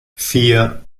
vier